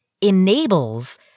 enables